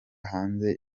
hanze